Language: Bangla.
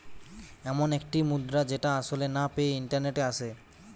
এমন একটি মুদ্রা যেটা আসলে না পেয়ে ইন্টারনেটে আসে